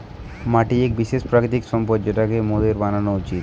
মাটি এক বিশেষ প্রাকৃতিক সম্পদ যেটোকে মোদের বাঁচানো উচিত